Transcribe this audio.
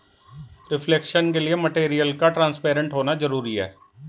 reflection के लिए material का ट्रांसपेरेंट होना जरूरी है